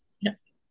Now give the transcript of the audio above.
Yes